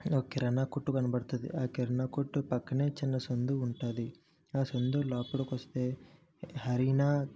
ఒక కిరాణా కొట్టు కనపడుతుంది ఆ కిరాణా కొట్టు పక్కనే చిన్న సందు ఉంటుంది ఆ సందు లోపలకు వస్తే హరినా